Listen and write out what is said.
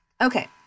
Okay